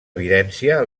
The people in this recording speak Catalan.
evidència